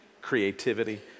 creativity